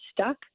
stuck